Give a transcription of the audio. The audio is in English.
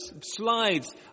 slides